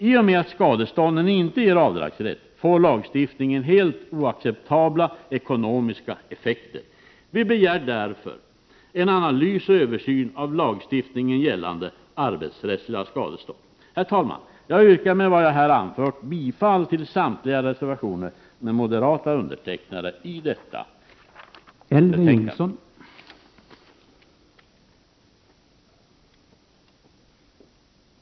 I och med att skadestånden inte ger avdragsrätt får lagstiftningen helt Jacceptabla ekonomiska effekter. Vi begär därför en analys och en översyn av lagstiftningen gällande arbetsrättsliga skadestånd. Herr talman! Jag yrkar med vad jag här anfört bifall till samtliga reservationer med moderata undertecknare i detta betänkande.